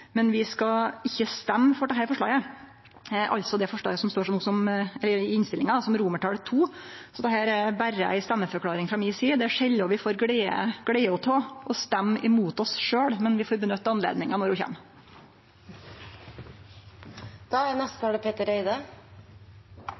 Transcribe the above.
altså det forslaget som står i innstillinga som II. Så dette er berre ei stemmeforklaring frå mi side. Det er sjeldan vi får gleda av å stemme mot oss sjølve, men vi får nytte anledninga når ho kjem. Vi har fått en evaluering av NIM som vi er